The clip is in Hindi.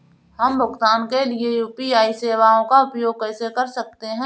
हम भुगतान के लिए यू.पी.आई सेवाओं का उपयोग कैसे कर सकते हैं?